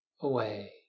away